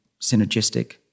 synergistic